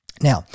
Now